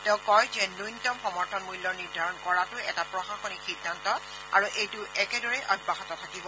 তেওঁ কয় যে ন্যনতম সমৰ্থন মূল্য নিৰ্ধাৰণ কৰাতো এটা প্ৰশাসনিক সিদ্ধান্ত আৰু এইটো একেদৰেই অব্যাহত থাকিব